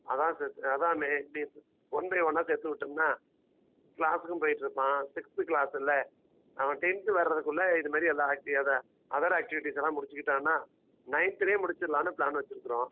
அதான் சேர்த்து அதான் மே இப்படி ஒன் பை ஒன்னாக சேர்த்து விட்டம்னா க்ளாஸ்ஸுக்கும் போயிகிட்டு இருப்பான் சிக்ஸ்த்து க்ளாஸ்ஸில் அவன் டென்த்து வரதுக்குள்ளே இதுமாதிரி எல்லா அக்டிவ் அதை அதர் அக்டிவிட்டிஸ் எல்லாம் முடிச்சிக்கிட்டான்னா நைன்த்துலே முடிச்சிவிடலான்னு ப்ளான் வச்சுருக்குறோம்